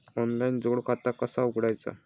Online जोड खाता कसा उघडायचा?